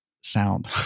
sound